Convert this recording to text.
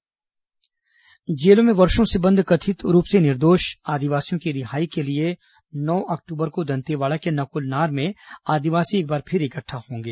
आदिवासी प्रदर्शन जेलों में वर्षो से बंद कथित रूप से निर्दोष आदिवासियों की रिहाई के लिए नौ अक्टूबर को दंतेवाड़ा के नकुलनार में आदिवासी एक बार फिर इकट्ठा होंगे